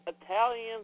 Italian